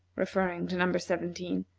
referring to number seventeen.